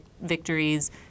victories